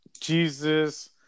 Jesus